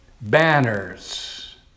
banners